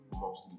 mostly